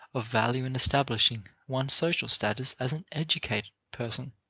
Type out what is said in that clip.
of value in establishing one's social status as an educated person.